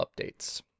updates